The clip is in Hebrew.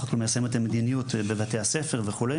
הכל מיישם את המדיניות בבתי הספר וכו',